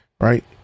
right